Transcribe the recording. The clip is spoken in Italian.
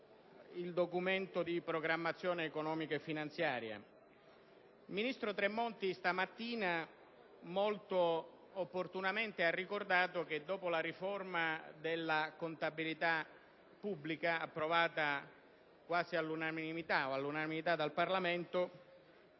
il Documento di programmazione economico-finanziaria. Il ministro Tremonti questa mattina, molto opportunamente, ha ricordato che dopo la riforma della contabilità pubblica, approvata quasi all'unanimità dal Parlamento,